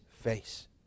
face